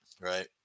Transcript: Right